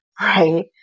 right